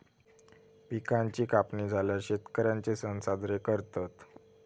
पिकांची कापणी झाल्यार शेतकर्यांचे सण साजरे करतत